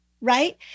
right